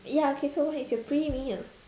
ya okay so what is your pre meal